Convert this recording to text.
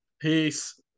Peace